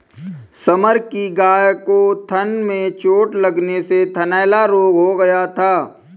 summer की गाय को थन में चोट लगने से थनैला रोग हो गया था